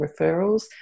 referrals